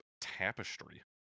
tapestry